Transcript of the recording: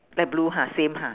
light blue ha same ha